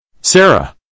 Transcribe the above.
Sarah